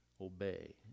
obey